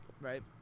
right